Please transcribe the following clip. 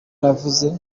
navuze